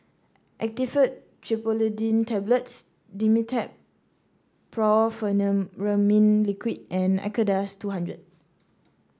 Actifed Triprolidine Tablets Dimetapp Brompheniramine Liquid and Acardust two hundred